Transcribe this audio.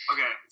Okay